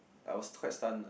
I was quite stunned nah